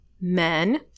men